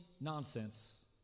nonsense